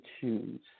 choose